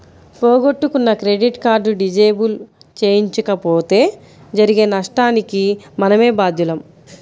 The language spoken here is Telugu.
పోగొట్టుకున్న క్రెడిట్ కార్డు డిజేబుల్ చేయించకపోతే జరిగే నష్టానికి మనమే బాధ్యులం